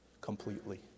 completely